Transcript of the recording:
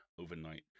overnight